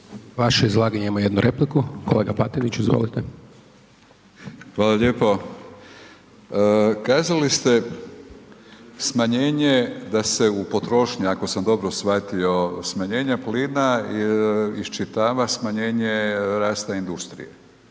vaše izlaganje imamo jednu repliku, kolega Batinić, izvolite. **Batinić, Milorad (HNS)** Hvala lijepo. Kazali ste smanjenje da se u potrošnji, ako sam dobro shvatio smanjenje plina isčitava smanjenje rasta industrije,